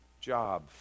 Job